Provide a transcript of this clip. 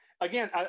Again